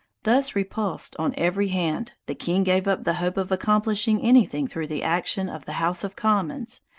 thus repulsed on every hand, the king gave up the hope of accomplishing any thing through the action of the house of commons,